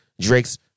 Drake's